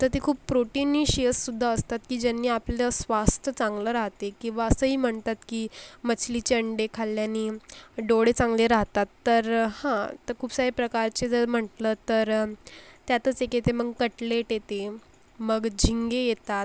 तर ते खूप प्रोटीनीशियससुद्धा असतात की ज्यांनी आपलं स्वास्थ्य चांगलं राहते किंवा असंही म्हणतात की मछलीचे अंडे खाल्ल्यानी डोळे चांगले राहतात तर हो तर खूप सारे प्रकारचे जर म्हंटलं तर त्यातच एक येते मग कटलेट येते मग झिंगे येतात